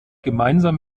gemeinsam